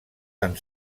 tan